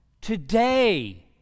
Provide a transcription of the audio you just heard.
Today